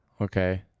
Okay